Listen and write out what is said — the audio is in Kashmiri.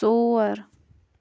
ژور